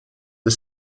the